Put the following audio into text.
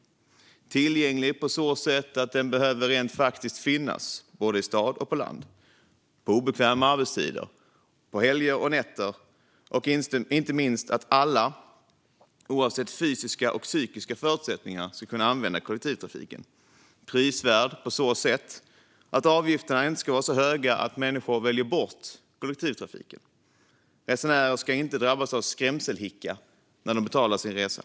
Kollektivtrafiken behöver vara tillgänglig på så sätt att den rent faktiskt finns - i städer och på landsbygden, på obekväma arbetstider, på helger och nätter - och inte minst att alla, oavsett fysiska och psykiska förutsättningar kan använda den. Kollektivtrafiken behöver vara prisvärd på så sätt att avgifterna inte är så höga att människor väljer bort den. Resenärer ska inte drabbas av skrämselhicka när de betalar sin resa.